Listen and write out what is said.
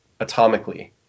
atomically